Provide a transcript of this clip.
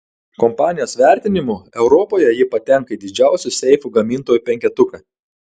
kompanijos vertinimu europoje ji patenka į didžiausių seifų gamintojų penketuką